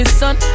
sun